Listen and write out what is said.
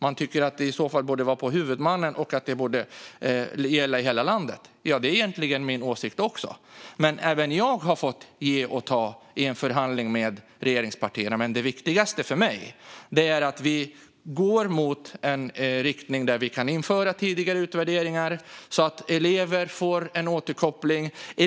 Man tycker att det i så fall borde ligga på huvudmannen och att det borde gälla i hela landet. Det är egentligen min åsikt också, men även jag har fått ge och ta i en förhandling med regeringspartierna. Det viktigaste för mig är att vi går i en riktning där vi kan införa tidigare utvärderingar så att elever får en återkoppling.